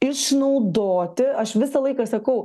išnaudoti aš visą laiką sakau